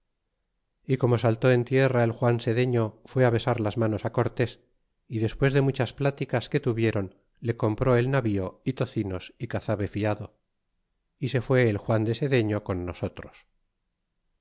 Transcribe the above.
y como saltó en tierra el juan sedelio fué besar las manos cortés y despucs de muchas pláticas que tuviéron le compró el navío y tocinos y cazabe fiado y se fué el juan de seden con nosotros